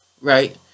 right